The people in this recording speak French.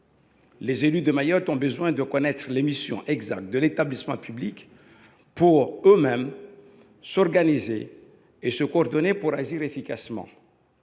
Les élus de Mayotte ont besoin de connaître les missions exactes de l’établissement public afin de s’organiser eux mêmes et de se coordonner pour agir efficacement.